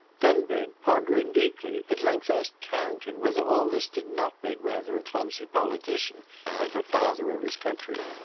dunbeg, pondering deeply, at length asked carrington whether all this did not make rather a clumsy politician of the father of his country.